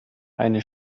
eine